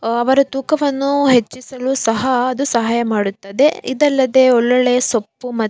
ಅವರ ತೂಕವನ್ನು ಹೆಚ್ಚಿಸಲು ಸಹ ಅದು ಸಹಾಯ ಮಾಡುತ್ತದೆ ಇದಲ್ಲದೇ ಒಳ್ಳೊಳ್ಳೆಯ ಸೊಪ್ಪು